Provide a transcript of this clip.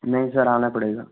नहीं सर आना पड़ेगा